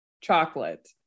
chocolate